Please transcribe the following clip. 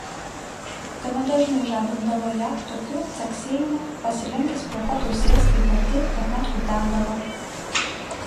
gana dažnai žadindavo ją tokiu caksėjimu pasilenkęs prie pat ausies taip arti kad net kutendavo